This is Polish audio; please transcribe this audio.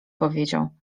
powiedział